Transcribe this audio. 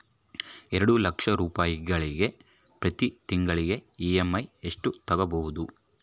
ಎರಡು ಲಕ್ಷ ರೂಪಾಯಿಗೆ ಪ್ರತಿ ತಿಂಗಳಿಗೆ ಇ.ಎಮ್.ಐ ಎಷ್ಟಾಗಬಹುದು?